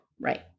Right